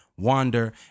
wander